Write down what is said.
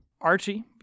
Archie